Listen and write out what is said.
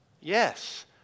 Yes